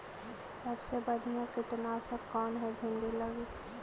सबसे बढ़िया कित्नासक कौन है भिन्डी लगी?